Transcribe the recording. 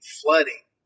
flooding